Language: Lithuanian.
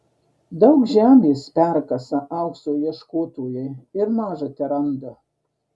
daug žemės perkasa aukso ieškotojai ir maža teranda